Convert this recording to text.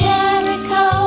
Jericho